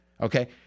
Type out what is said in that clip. okay